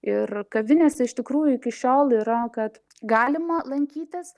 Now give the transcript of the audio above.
ir kavinėse iš tikrųjų iki šiol yra kad galima lankytis